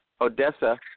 Odessa